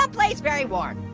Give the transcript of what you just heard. ah place very warm,